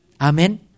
Amen